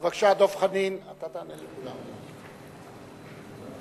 בבקשה, חבר הכנסת דב חנין.